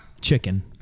Chicken